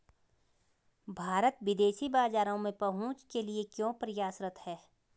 भारत विदेशी बाजारों में पहुंच के लिए क्यों प्रयासरत है?